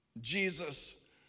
Jesus